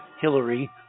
Hillary